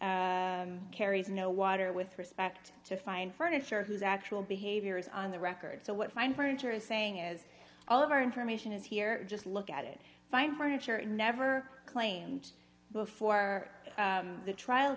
carries no water with respect to find furniture whose actual behavior is on the record so what fine furniture is saying as all of our information is here just look at it fine furniture it never claimed before the trial